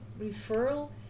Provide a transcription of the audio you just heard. referral